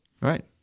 Right